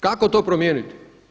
Kako to promijeniti?